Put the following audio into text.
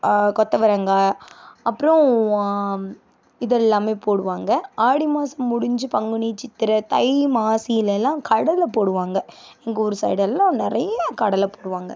கொத்தவரங்காய் அப்புறம் இதெல்லாமே போடுவாங்க ஆடி மாதம் முடிஞ்சு பங்குனி சித்திரை தை மாசியில எல்லாம் கடலை போடுவாங்க எங்கள் ஊர் சைடு எல்லாம் நிறைய கடலை போடுவாங்க